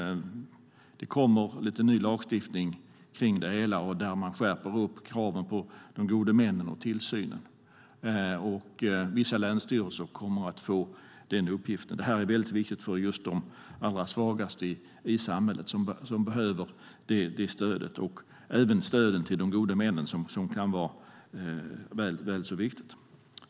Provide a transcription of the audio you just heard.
Det kommer lite ny lagstiftning om det där man skärper kraven på de gode männen och tillsynen. Vissa länsstyrelser kommer att få den uppgiften. Detta är mycket viktigt för de allra svagaste i samhället som behöver det stödet. Även stödet till de gode männen är väl så viktigt.